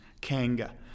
Kanga